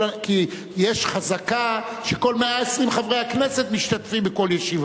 כי יש חזקה שכל 120 חברי הכנסת משתתפים בכל ישיבה.